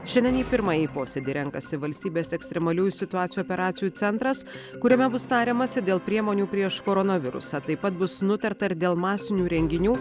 šiandien į pirmąjį posėdį renkasi valstybės ekstremaliųjų situacijų operacijų centras kuriame bus tariamasi dėl priemonių prieš koronavirusą taip pat bus nutarta ir dėl masinių renginių